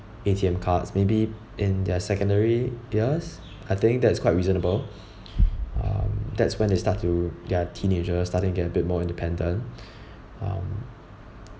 A_T_M cards maybe in their secondary years I think that's quite reasonable um that's when they start to they're teenager starting get a bit more independent um